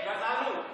גזענות.